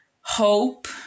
hope